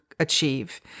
achieve